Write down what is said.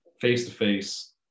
face-to-face